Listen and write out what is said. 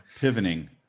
pivoting